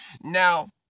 Now